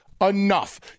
enough